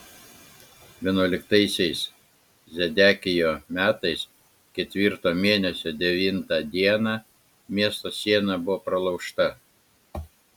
vienuoliktaisiais zedekijo metais ketvirto mėnesio devintą dieną miesto siena buvo pralaužta